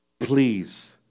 Please